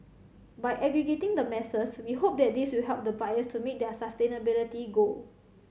by aggregating the masses we hope that this will help the buyers to meet their sustainability goal